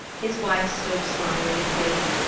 his wife stood smiling and waving,